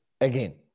Again